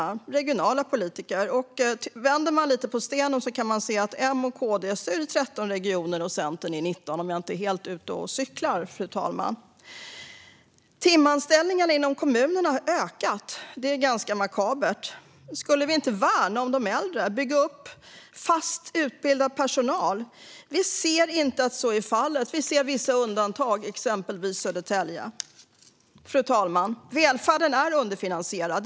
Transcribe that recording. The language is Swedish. Vänder man på den stenen kan man, om jag inte är helt ute och cyklar, se att M och KD styr i 13 regioner och Centern i 19. Timanställningarna inom kommunerna har ökat. Det är ganska makabert. Skulle vi inte värna om de äldre och bygga upp fast utbildad personal? Förutom vissa undantag, exempelvis Södertälje, ser vi inte att så är fallet. Fru talman! Välfärden är underfinansierad.